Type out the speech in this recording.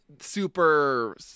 super